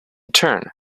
turn